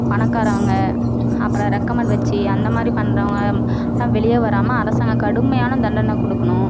பணக்காரங்க அப்பறம் ரெக்கமண்ட் வச்சு அந்த மாதிரி பண்றவங்க வெளியே வராமல் அரசாங்கம் கடுமையான தண்டனை கொடுக்குணும்